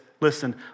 Listen